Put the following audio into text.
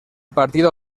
partido